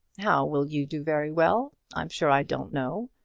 how will you do very well? i'm sure i don't know.